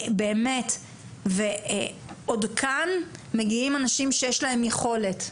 באמת ועוד כאן מגיעים אנשים שיש להם יכולת,